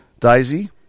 Daisy